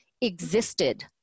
existed